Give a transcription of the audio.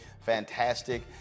fantastic